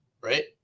right